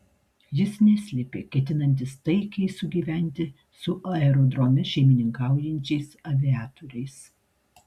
jis neslėpė ketinantis taikiai sugyventi su aerodrome šeimininkaujančiais aviatoriais